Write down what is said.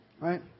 Right